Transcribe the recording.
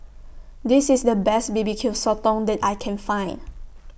This IS The Best B B Q Sotong that I Can Find